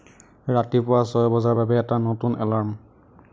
ৰাতিপুৱা ছয় বজাৰ বাবে এটা নতুন এলাৰ্ম